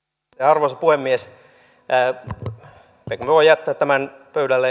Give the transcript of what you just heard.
jarva puhemies jää mitä nuo jätättämään pöydälle